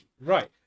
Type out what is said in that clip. Right